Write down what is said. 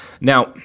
Now